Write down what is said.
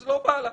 אז לא בא לה.